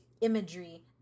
imagery